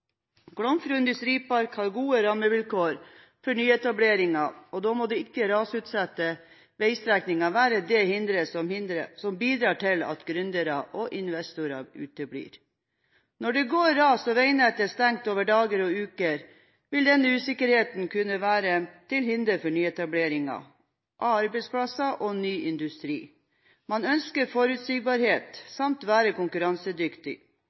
Industripark har gode rammevilkår for nyetableringer, og da må ikke rasutsatte veistrekninger være det hinderet som bidrar til at gründere og investorer uteblir. Når det går ras og veinettet er stengt i dager og uker, vil denne usikkerheten kunne være til hinder for nyetableringer av arbeidsplasser og industri. Man ønsker forutsigbarhet samt å være konkurransedyktig.